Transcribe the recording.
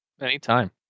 Anytime